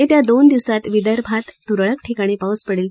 येत्या दोन दिवसात विदर्भात तुरळक ठिकाणी पाऊस पडेल